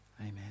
Amen